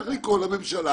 צריך לקרוא לממשלה,